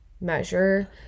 measure